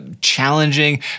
challenging